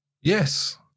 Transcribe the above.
Yes